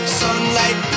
sunlight